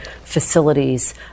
facilities